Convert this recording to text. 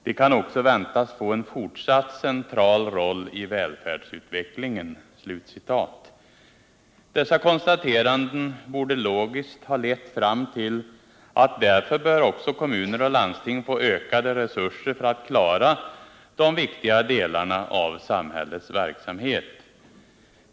De kan också väntas få en fortsatt central roll i välfärdsutvecklingen.” Dessa konstateranden borde logiskt ha lett fram till att därför bör också kommuner och landsting få ökade resurser för att klara de viktiga delarna av samhällets verksamhet.